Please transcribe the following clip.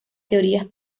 teorías